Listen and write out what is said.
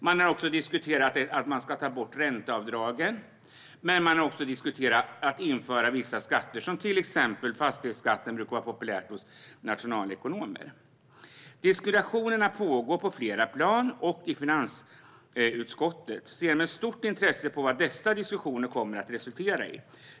Man har också diskuterat att ta bort ränteavdragen och att införa vissa skatter. Fastighetsskatten brukar till exempel vara populär hos nationalekonomer. Diskussioner pågår på flera plan, och finansutskottet ser med stort intresse på vad dessa diskussioner kommer att resultera i.